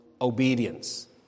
obedience